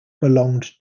belonged